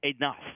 enough